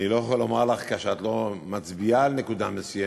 אני לא יכול לומר לך כאשר את לא מצביעה על נקודה מסוימת,